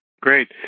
Great